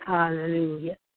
Hallelujah